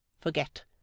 forget